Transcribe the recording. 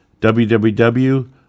www